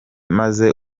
maze